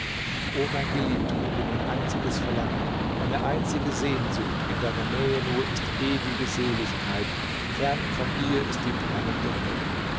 o mein geliebter du mein einziges verlangen meine einzige sehnsucht in deiner nähe nur ist ewige seligkeit fern von dir ist die brennende hölle